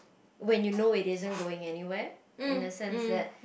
when you know it didn't going anywhere innocent that